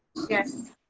yes.